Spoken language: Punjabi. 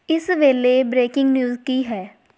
ਇਸ ਵੇਲੇ ਬਰੇਕਿੰਗ ਨਿਊਜ਼ ਕੀ ਹੈ